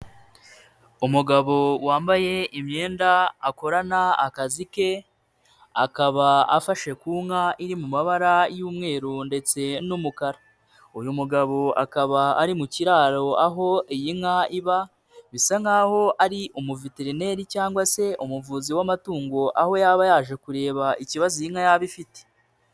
Umugabo wambaye imyenda akorana akazi ke, akaba afashe ku nka iri mu mabara y'umweru ndetse n'umukara. Uyu mugabo akaba ari mu kiraro aho iyi nka iba, bisa nkaho ari umuveterineri cyangwa se umuvuzi w'amatungo, aho yaba yaje kureba ikibazo iyi nka yaba ifite.